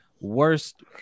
worst